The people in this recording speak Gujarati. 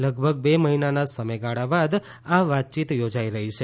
લગભગ બે મહિનાના સમયગાળા બાદ આ વાતચીત યોજાઈ રહી છે